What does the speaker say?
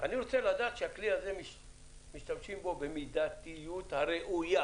אני רוצה לדעת שבכלי הזה משתמשים במידתיות הראויה.